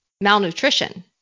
malnutrition